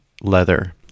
Leather